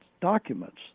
documents